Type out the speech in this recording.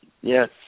yes